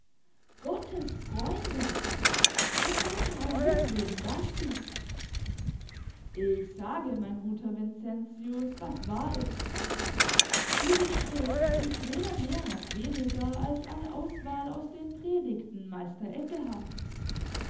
gottes freunde was sagen euer hochwürden dazu ich sage mein guter vincentius was wahr ist diese schrift ist weder mehr noch weniger als eine auswahl aus den predigten meister